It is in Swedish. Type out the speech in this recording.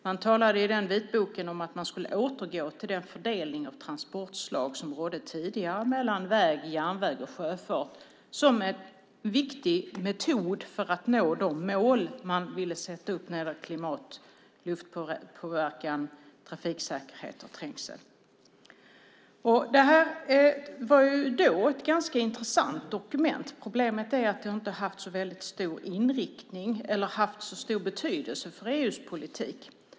Man talade i den vitboken om att man skulle återgå till den fördelning av transportslag som rådde tidigare mellan väg, järnväg och sjöfart som en viktig metod för att nå de mål man ville sätta upp när det gäller klimat, luftpåverkan, trafiksäkerhet och trängsel. Det här var då ett ganska intressant dokument. Problemet är att det inte har haft så stor betydelse för EU:s politik.